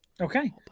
Okay